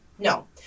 No